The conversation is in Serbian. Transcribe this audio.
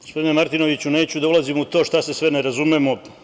Gospodine Martinoviću, neću da ulazim u to šta se sve ne razumemo.